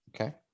Okay